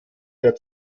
der